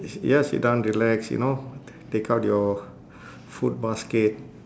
yes sit down relax you know take out your food basket